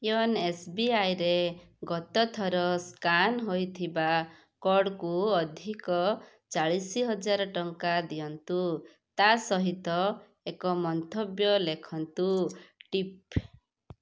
Yeon ଏସ୍ବିଆଇରେ ଗତଥର scan ହେଇଥିବା କୋଡ଼୍କୁ ଅଧିକ ଚାଳିଶି ହଜାରେ ଟଙ୍କା ଦିଅନ୍ତୁ ତା ସହିତ ଏକ ମନ୍ଥବ୍ୟ ଲେଖନ୍ତୁ ଟିପ୍